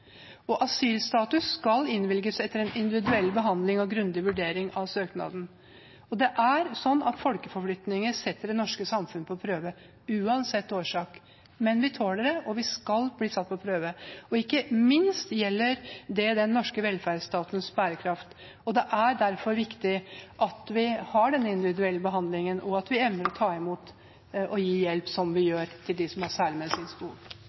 flyktningene. Asylstatus skal innvilges etter en individuell behandling og grundig vurdering av søknaden. Folkeforflytninger setter det norske samfunnet på prøve, uansett årsak, men vi tåler det, og vi skal bli satt på prøve – ikke minst gjelder det den norske velferdsstatens bærekraft. Derfor er det viktig at vi har denne individuelle behandlingen, og at vi evner å ta imot og gi hjelp – som vi gjør – til dem som har særlige medisinske behov. Jeg har lært av en tidligere SV-politiker at vi skal velge med